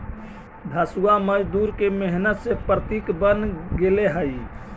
हँसुआ मजदूर के मेहनत के प्रतीक बन गेले हई